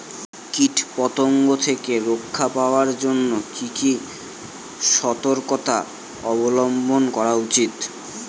কীটপতঙ্গ থেকে রক্ষা পাওয়ার জন্য কি কি সর্তকতা অবলম্বন করা উচিৎ?